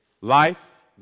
Life